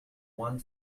one